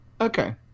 Okay